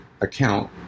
account